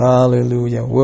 Hallelujah